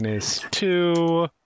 two